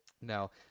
No